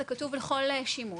זה כתוב לכל שימוש.